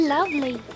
Lovely